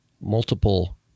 multiple